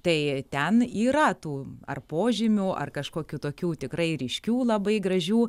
tai ten yra tų ar požymių ar kažkokių tokių tikrai ryškių labai gražių